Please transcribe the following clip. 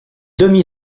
demi